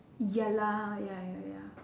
ya lah ya ya ya